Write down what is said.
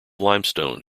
limestone